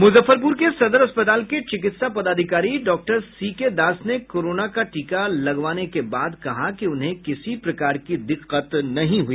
मुजफ्फरपुर के सदर अस्पताल के चिकित्सा पदाधिकारी डॉक्टर सीके दास ने कोरोना का टीका लगने के बाद कहा कि उन्हें किसी प्रकार की दिक्कत नहीं हुई